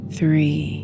three